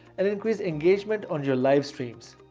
and increase engagement on your live streams.